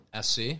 SC